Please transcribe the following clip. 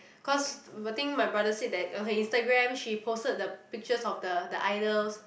cause the thing my brother said that okay Instagram she posted the picture of the the idols